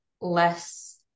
less